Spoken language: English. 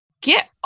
Get